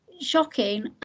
shocking